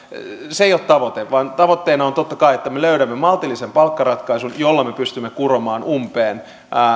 se ei ole tavoite vaan tavoitteena on totta kai että me löydämme maltillisen palkkaratkaisun jolla me pystymme kuromaan umpeen